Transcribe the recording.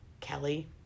Kelly